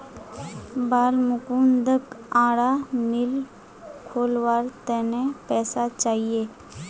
बालमुकुंदक आरा मिल खोलवार त न पैसा चाहिए